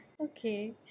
Okay